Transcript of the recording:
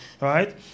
right